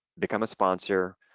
become a sponsor,